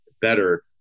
better